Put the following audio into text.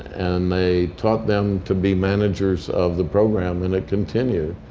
and they taught them to be managers of the program. and it continued.